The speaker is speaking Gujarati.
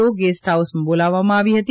ઓ ગેસ્ટ હાઉસ બોલાવવામાં આવી હતી